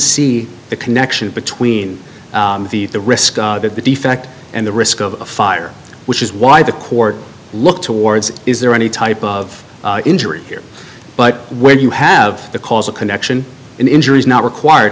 see the connection between the risk of the defect and the risk of fire which is why the court looked towards is there any type of injury here but when you have the causal connection in injuries not required